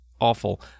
awful